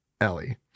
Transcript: Ellie